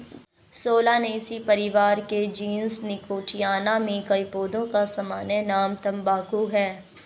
Solanaceae परिवार के जीनस निकोटियाना में कई पौधों का सामान्य नाम तंबाकू है